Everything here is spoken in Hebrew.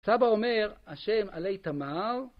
סבא אומר, השם עלי תמר